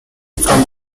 from